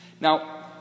Now